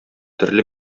төрле